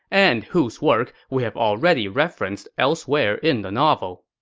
and whose work we have already referenced elsewhere in the novel.